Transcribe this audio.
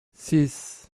six